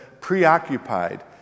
preoccupied